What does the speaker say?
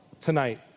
tonight